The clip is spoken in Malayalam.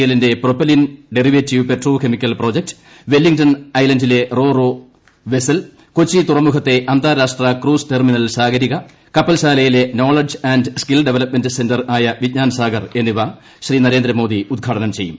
എല്ലിൻറെ പ്രൊഷല്ലീൻ derivative petro chemical project വ്ല്ലിങ്ടൺ ഐലൻറിലെ raw raw vessel Kochi തുറമുഖ്യത്തെ അന്താരാഷ്ട്ര cruise terminal Sagarika കപ്പൽശാല്യിലെ knowledge and skill development centre Vigyan Sagar എന്നിവ നരേന്ദ്രമോദി ഉദ്ഘാടനം ചെയ്യും